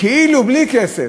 כאילו בלי כסף,